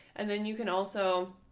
and then you can also.